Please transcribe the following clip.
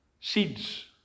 Seeds